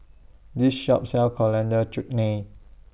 This Shop sells Coriander Chutney